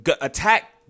attack